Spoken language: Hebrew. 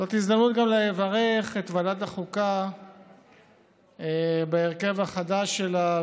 זאת הזדמנות גם לברך את ועדת החוקה בהרכב החדש שלה,